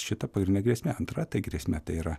šita pagrindine grėsmė antra tai grėsmė tai yra